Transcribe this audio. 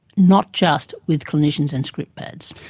not just with clinicians and script pads.